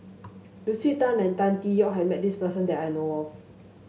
Lucy Tan and Tan Tee Yoke has met this person that I know of